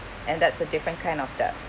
and that's a different kind of debt